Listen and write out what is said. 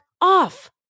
off